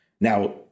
Now